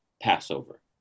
Passover